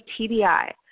TBI